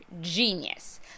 genius